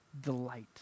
delight